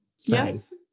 Yes